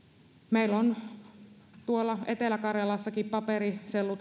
meillä on etelä karjalassakin paperi sellu